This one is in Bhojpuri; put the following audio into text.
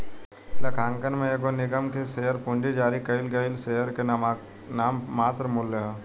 लेखांकन में एगो निगम के शेयर पूंजी जारी कईल गईल शेयर के नाममात्र मूल्य ह